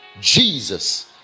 Jesus